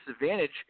disadvantage